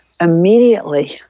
immediately